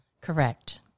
Correct